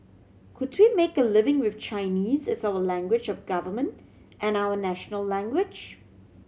could we make a living with Chinese as our language of government and our national language